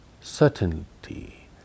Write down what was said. certainty